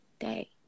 day